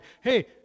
Hey